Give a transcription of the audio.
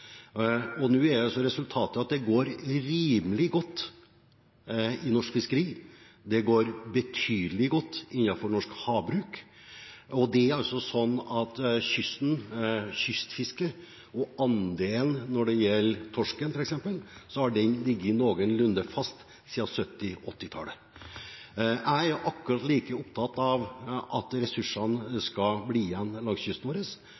resultatet er at det går rimelig godt i norsk fiskeri, det går betydelig godt innenfor norsk havbruk. Det er sånn at kystfisket og andelen torsk f.eks. har ligget noenlunde fast siden 1970- og 1980-tallet. Jeg er akkurat like opptatt av at ressursene skal bli igjen langs kysten vår.